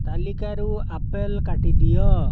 ତାଲିକାରୁ ଆପଲ୍ କାଟିଦିଅ